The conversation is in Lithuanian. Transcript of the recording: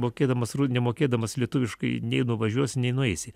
mokėdamas nemokėdamas lietuviškai nei nuvažiuosi nei nueisi